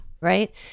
right